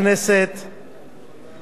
אני מתכבד להציג לפניכם,